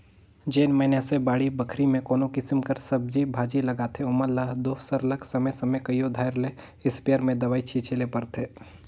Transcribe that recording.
जेन मइनसे बाड़ी बखरी में कोनो किसिम कर सब्जी भाजी लगाथें ओमन ल दो सरलग समे समे कइयो धाएर ले इस्पेयर में दवई छींचे ले परथे